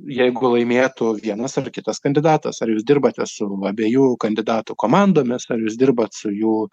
jeigu laimėtų vienas ar kitas kandidatas ar jūs dirbate su abiejų kandidatų komandomis ar jūs dirbat su jų